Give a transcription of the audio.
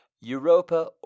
Europa